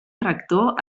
rector